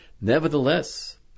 Nevertheless